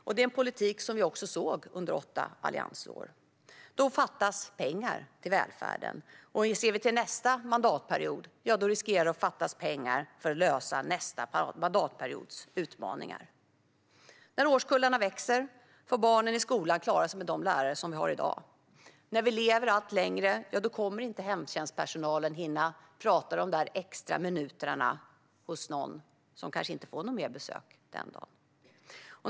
Det är en politik som vi såg under åtta alliansår. Då fattas pengar till välfärden. Nästa mandatperiod riskerar det att fattas pengar för att klara den mandatperiodens utmaningar. När årskullarna växer får barnen i skolan klara sig med de lärare som vi har i dag. När vi lever allt längre kommer inte hemtjänstpersonalen att hinna prata de där extra minuterna hos någon som kanske inte får något mer besök den dagen.